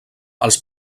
als